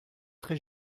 très